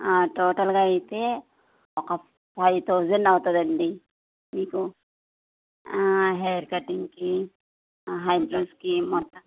టోటల్గా అయితే ఒక ఫైవ్ థౌజండ్ అవుతుందండి మీకు హెయిర్ కటింగ్కి ఐబ్రోస్కి మొత్తం